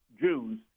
Jews